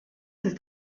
ist